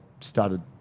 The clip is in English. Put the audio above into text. started